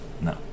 No